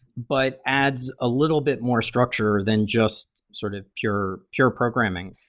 but adds a little bit more structure than just sort of pure pure programming.